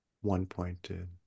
one-pointed